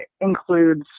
includes